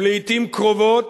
ולעתים קרובות,